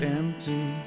empty